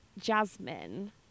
Jasmine